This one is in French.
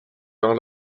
dans